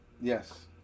Yes